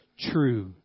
true